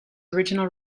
original